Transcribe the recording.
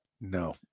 No